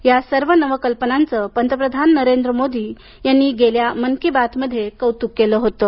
या सर्व नवकल्पनांचं पंतप्रधान नरेंद्र मोदी यांनी गेल्या मन की बात मध्ये कौतुक केलं होतं